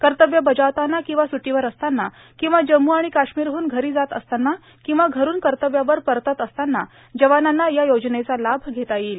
कर्तव्य बजावताना किंवा सुटीवर असताना किंवा जम्मू आणि काश्मीरहून घरी जात असताना किंवा घरून कर्तव्यावर परतत असताना जवानांना या योजनेचा लाभ घेता येईल